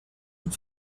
und